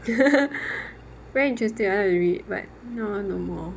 very interesting I like to read but now no more